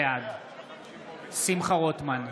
בעד שמחה רוטמן,